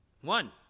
one